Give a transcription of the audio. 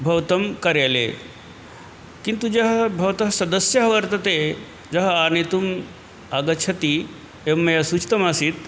भवतां कार्यालये किन्तु यः भवतः सदस्यः वर्तते यः आनेतुम् आगच्छति यः मया सूचितः आसीत्